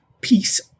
Peace